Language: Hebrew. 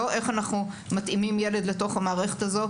לא איך אנחנו מתאימים ילד למערכת הזו.